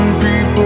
people